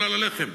אבל על הלחם,